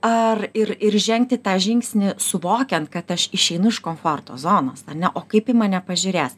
ar ir ir žengti tą žingsnį suvokiant kad aš išeinu iš komforto zonos ar ne o kaip į mane pažiūrės